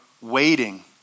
waiting